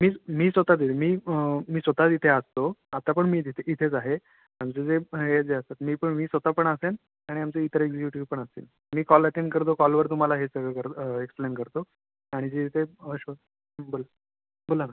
मी मी स्वतः देईन मी मी स्वतः इथे असतो आता पण मी तिथे इथेच आहे आमचं जे हे जे असतात मी पण मी स्वतः पण असेन आणि आमचे इतर एक्झिक्युटीव पण असतील मी कॉल अटेंड करतो कॉलवर तुम्हाला हे सगळं करून एक्सप्लेन करतो आणि जी ते बोला बोला ना